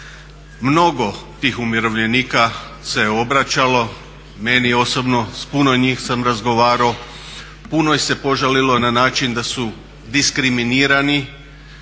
Mnogo tih umirovljenika se obraćalo meni osobno, s puno njih sam razgovarao, puno ih se požalilo na način da su diskriminirani,